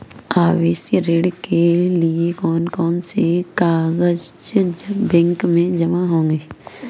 आवासीय ऋण के लिए कौन कौन से कागज बैंक में जमा होंगे?